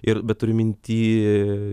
ir bet turiu minty